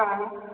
हा